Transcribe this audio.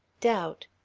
doubt,